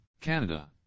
Canada